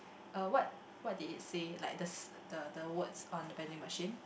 uh what what did it say like the s~ the the words on the vending machine